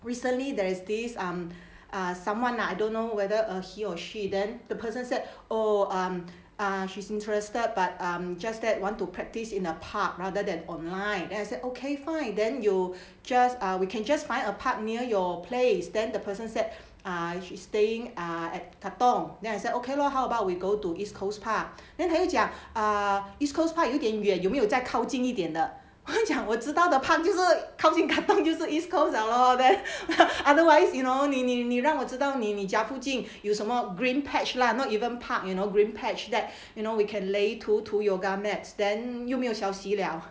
recently there is this um uh someone lah I don't know whether he or she then the person said oh um uh she's interested but um just that want to practice in a park rather than online then I said okay fine then you just uh we can just find a park near your place then the person said uh she staying uh at katong then I said okay lor how about we go to east coast park then 他就讲 ah east coast park 有点远有没有在靠近一点的他讲我知道的 park 就是靠近 katong 就是 east coast 了 lor then otherwise you know 你你你让我知道你你家附近有什么 green patch lah not even park you know green patch that you know we can lay 图图 yoga mats then 又没有消息了